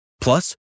Plus